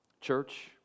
Church